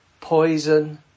poison